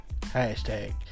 Hashtag